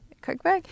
Cookbook